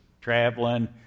traveling